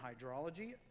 hydrology